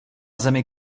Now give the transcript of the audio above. zemi